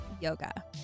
yoga